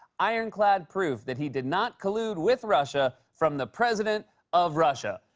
ironclad proof that he did not collude with russia from the president of russia.